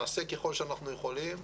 נעשה ככל שאנחנו יכולים.